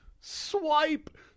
Swipe